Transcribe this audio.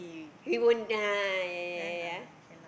we won't ah yea yea yea yea yea